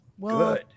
good